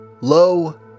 Lo